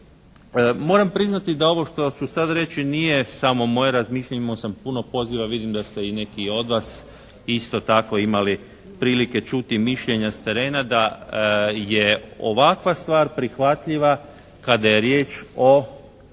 Moram priznati da ovo što ću sad reći nije samo moje razmišljanje. Imao sam puno poziva. Vidim da ste i neki i od vas isto tako imali prilike čuti mišljenja s terena da je ovakva stvar prihvatljiva kada je riječ o